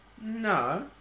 No